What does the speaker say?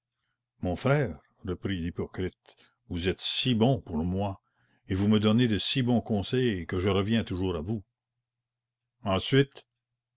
mon frère reprit l'hypocrite vous êtes si bon pour moi et vous me donnez de si bons conseils que je reviens toujours à vous ensuite